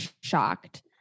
shocked